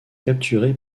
capturés